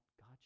god